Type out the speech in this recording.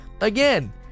again